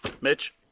Mitch